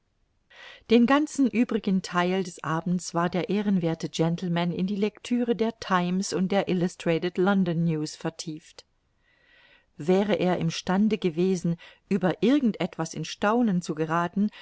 den ganzen übrigen theil des abends war der ehrenwerthe gentleman in die lectüre der times und der illustrated london news vertieft wäre er im stande gewesen über irgend etwas in staunen zu gerathen